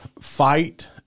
Fight